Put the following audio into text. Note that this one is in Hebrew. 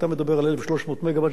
אתה מדבר על 1,300 מגוואט,